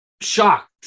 shocked